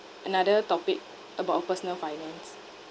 another topic about our personal finance